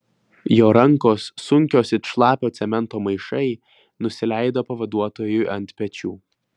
jo rankos sunkios it šlapio cemento maišai nusileido pavaduotojui ant pečių